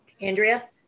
Andrea